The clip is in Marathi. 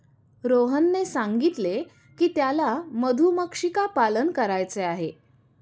रोहनने सांगितले की त्याला मधुमक्षिका पालन करायचे आहे